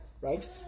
Right